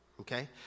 Okay